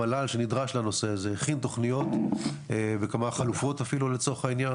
הממ"ל שנדרש לנושא הזה הכין תכניות וקבע חלופות אפילו לצורך העניין,